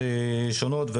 אין את זה בשום איגוד אחר.